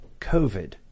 COVID